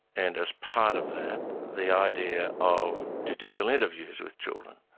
and as part of that the idea of judicial interviews with children.